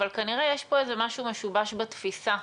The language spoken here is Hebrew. אבל כנראה שיש פה משהו משובש בתפיסה,